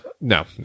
No